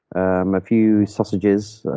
um a few sausages,